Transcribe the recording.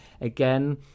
Again